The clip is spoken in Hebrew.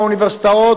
האוניברסיטאות,